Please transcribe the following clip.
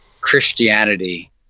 Christianity